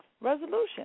resolution